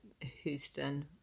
houston